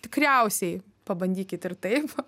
tikriausiai pabandykit ir taip